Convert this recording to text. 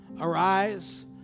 arise